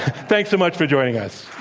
thanks so much for joining us.